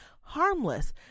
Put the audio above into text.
harmless